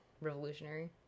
revolutionary